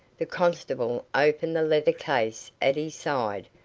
the constable opened the leather case at his side,